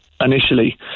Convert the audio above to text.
initially